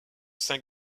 saint